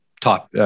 top